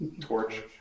torch